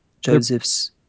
Joseph's